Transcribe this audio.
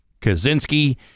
Kaczynski